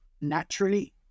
naturally